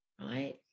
Right